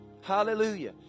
hallelujah